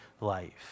life